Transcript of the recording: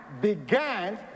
began